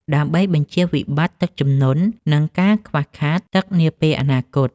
ដើម្បីបញ្ជៀសវិបត្តិទឹកជំនន់ និងការខ្វះខាតទឹកនាពេលអនាគត។